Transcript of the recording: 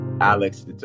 Alex